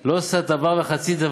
הוא עונה לך.